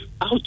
out